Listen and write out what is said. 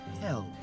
help